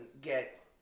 get